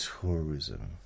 tourism